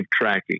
tracking